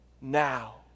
now